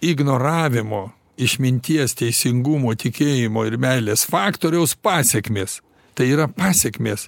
ignoravimo išminties teisingumo tikėjimo ir meilės faktoriaus pasekmės tai yra pasekmės